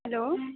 hello